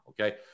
okay